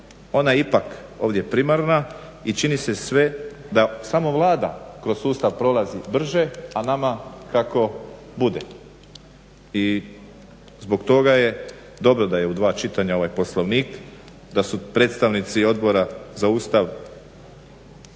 ona je ipak ovdje primarna i čini se sve da samo Vlada kroz sustav prolazi brže, a nama kako bude. I zbog toga je da je u dva čitanja ovaj poslovnik, da su predstavnici Odbora za Ustav